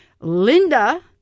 Linda